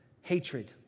hatred